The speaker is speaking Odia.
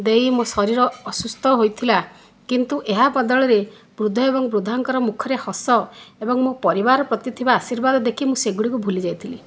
ଦେଇ ମୋ ଶରୀର ଅସୁସ୍ଥ ହୋଇଥିଲା କିନ୍ତୁ ଏହା ବଦଳରେ ବୃଦ୍ଧ ଏବଂ ବୃଦ୍ଧାଙ୍କର ମୁଖରେ ହସ ଏବଂ ମୋ ପରିବାର ପ୍ରତି ଥିବା ଆଶୀର୍ବାଦ ଦେଖି ମୁଁ ସେଗୁଡ଼ିକୁ ଭୁଲି ଯାଇଥିଲି